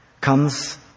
comes